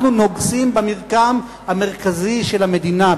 אנחנו נוגסים במרקם המרכזי של המדינה,